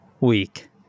week